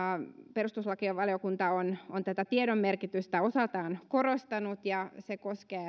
perustuslakivaliokunta on on tätä tiedon merkitystä osaltaan korostanut ja se koskee